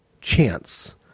chance